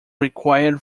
required